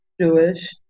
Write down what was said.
Jewish